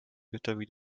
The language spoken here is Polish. gotowi